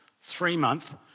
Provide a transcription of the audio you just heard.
three-month